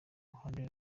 ruhande